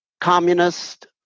communist